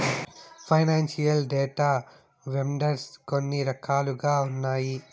financial data vendors కొన్ని రకాలుగా ఉన్నాయి